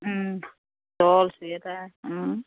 shawl sweater